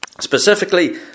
specifically